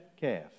calf